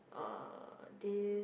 uh this